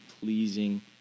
pleasing